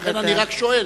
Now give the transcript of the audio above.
לכן אני רק שואל.